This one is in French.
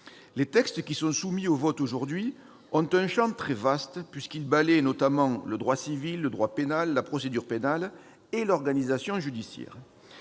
Les textes qui sont soumis au vote aujourd'hui couvrent un champ très vaste. Ils balayent notamment le droit civil, le droit pénal, la procédure pénale et l'organisation judiciaire,